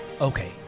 okay